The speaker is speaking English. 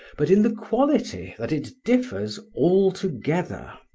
but in the quality, that it differs altogether.